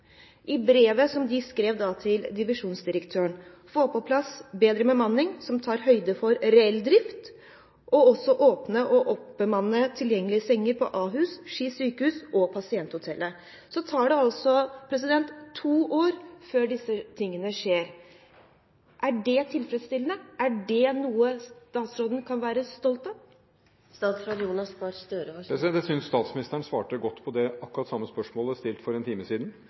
I brevet som de da skrev til divisjonsdirektøren, ba de om å «få på plass bedre bemanning som tar høyde for reell drift», og også om at man måtte åpne og bemanne tilgjengelige senger på Ahus, Ski sykehus og pasienthotellet. Så tar det altså to år før disse tingene skjer. Er det tilfredsstillende? Er det noe statsråden kan være stolt av? Jeg synes statsministeren svarte godt på akkurat det samme spørsmålet for en time siden.